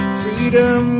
freedom